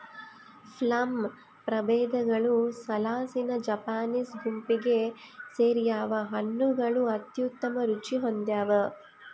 plum ಪ್ರಭೇದಗಳು ಸಾಲಿಸಿನಾ Japanese ಗುಂಪಿಗೆ ಸೇರ್ಯಾವ ಹಣ್ಣುಗಳು ಅತ್ಯುತ್ತಮ ರುಚಿ ಹೊಂದ್ಯಾವ